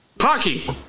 Hockey